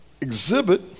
exhibit